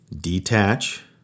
Detach